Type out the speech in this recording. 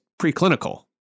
preclinical